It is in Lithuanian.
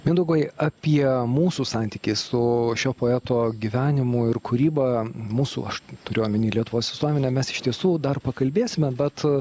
mindaugai apie mūsų santykį su šio poeto gyvenimu ir kūryba mūsų aš turiu omeny lietuvos visuomenę mes iš tiesų dar pakalbėsime bet